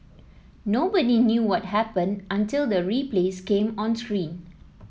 nobody knew what happened until the replays came on screen